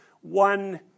One